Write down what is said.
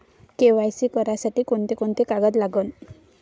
KYC करासाठी कोंते कोंते कागद लागन?